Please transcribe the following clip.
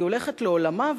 היא הולכת לעולמה,